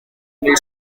mill